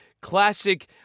Classic